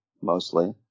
mostly